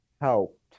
helped